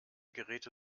geräte